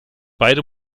beide